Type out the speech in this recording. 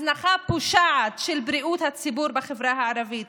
הזנחה פושעת של בריאות הציבור בחברה הערבית